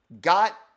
got